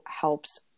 helps